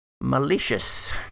Malicious